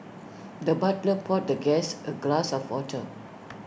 the butler poured the guest A glass of water